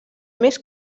més